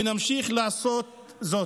ונמשיך לעשות זאת".